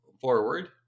forward